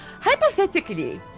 Hypothetically